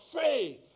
faith